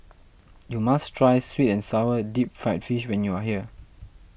you must try Sweet and Sour Deep Fried Fish when you are here